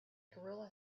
gorilla